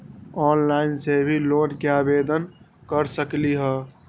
Online से भी loan के आवेदन कर सकलीहल?